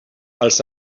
els